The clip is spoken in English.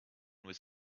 was